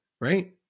right